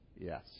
Yes